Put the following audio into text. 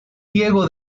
diego